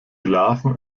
larven